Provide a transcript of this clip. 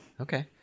Okay